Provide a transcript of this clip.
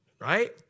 right